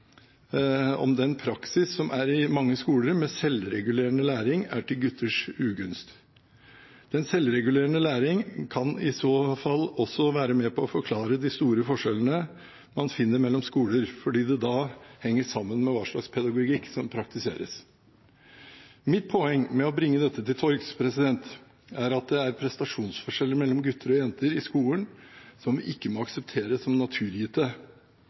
om den praksis som er i mange skoler, med selvregulerende læring, er til gutters ugunst. Den selvregulerende læringen kan i så fall også være med på å forklare de store forskjellene man finner mellom skoler, fordi det da henger sammen med hva slags pedagogikk som praktiseres. Mitt poeng med å bringe dette til torgs er at det er prestasjonsforskjeller mellom gutter og jenter i skolen som vi ikke må akseptere som naturgitte.